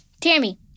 Tammy